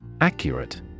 Accurate